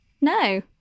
No